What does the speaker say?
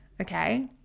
okay